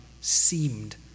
seemed